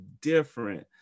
different